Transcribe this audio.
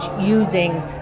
using